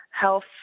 Health